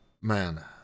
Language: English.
man